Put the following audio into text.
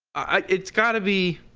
ah it's gotta be